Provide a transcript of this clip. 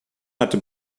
hatte